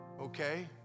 Okay